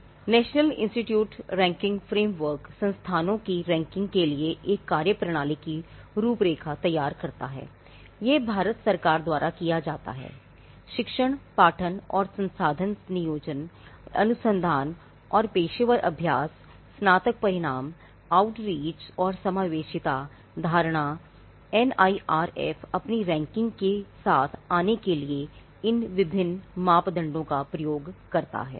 NIRF national institute ranking framework अपनी ranking के साथ आने के लिए इन विभिन्न मापदंडों का उपयोग करता है